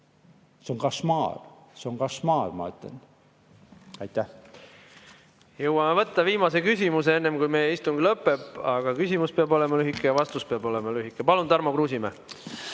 See on košmaar. See on košmaar, ma ütlen! Jõuame võtta viimase küsimuse, enne kui meie istung lõpeb. Aga küsimus peab olema lühike ja vastus peab olema lühike. Palun, Tarmo Kruusimäe!